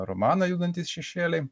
romaną judantys šešėliai